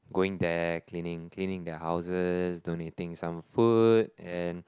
going there cleaning cleaning their houses donating some food and